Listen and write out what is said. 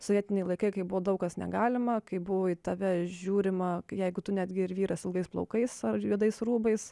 sovietiniai laikai kai buvo daug kas negalima kai buvo į tave žiūrima jeigu tu netgi ir vyras ilgais plaukais ar juodais rūbais